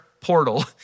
portal